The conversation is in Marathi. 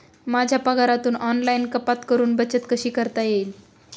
माझ्या पगारातून ऑनलाइन कपात करुन बचत कशी करता येईल?